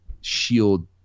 Shield